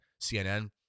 CNN